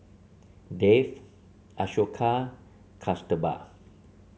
Dev Ashoka Kasturba